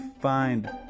find